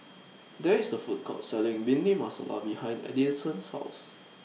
There IS A Food Court Selling Bhindi Masala behind Edison's House